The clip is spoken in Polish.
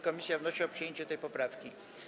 Komisja wnosi o przyjęcie tej poprawki.